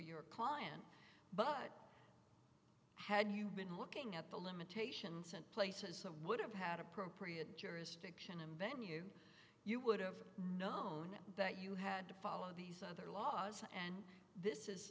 your client but had you been looking at the limitations and places of would have had appropriate jurisdiction and venue you would have known that you had to follow these other laws and this is